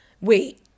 wait